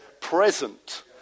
present